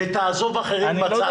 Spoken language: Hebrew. -- ותעזוב אחרים בצד.